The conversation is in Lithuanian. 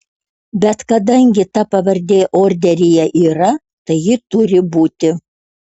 bet kadangi ta pavardė orderyje yra tai ji turi būti